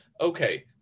okay